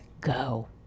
go